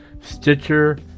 Stitcher